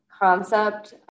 concept